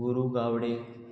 Guru Gawade